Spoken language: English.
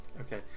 Okay